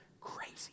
Crazy